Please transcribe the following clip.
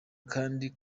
kandi